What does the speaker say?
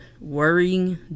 Worrying